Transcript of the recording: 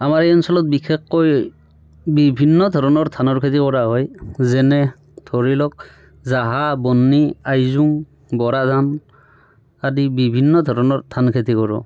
আমাৰ এই অঞ্চলত বিশেষকৈ বিভিন্ন ধৰণৰ ধানৰ খেতি কৰা হয় যেনে ধৰি লওক জহা বন্নি আইজুং বৰা ধান আদি বিভিন্ন ধৰণৰ ধান খেতি কৰোঁ